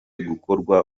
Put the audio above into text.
gukorwa